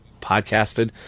podcasted